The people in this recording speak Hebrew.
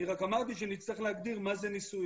אני רק אמרתי שנצטרך להגדיר מה זה נישואים.